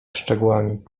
szczegółami